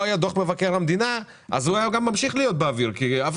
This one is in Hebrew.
היה דוח מבקר המדינה אז הוא היה ממשיך להיות באוויר כי אף